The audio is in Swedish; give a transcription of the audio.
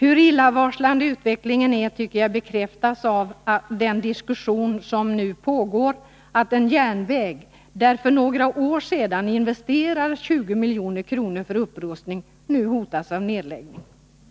Hur illavarslande utvecklingen är tycker jag bekräftas av den diskussion som nu pågår om att en järnväg där det för några år sedan investerades 20 milj.kr. för upprustning nu hotas av nedläggning